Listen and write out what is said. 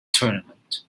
tournament